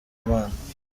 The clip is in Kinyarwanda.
imana